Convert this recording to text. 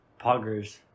Poggers